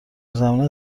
زمینه